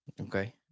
Okay